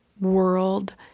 world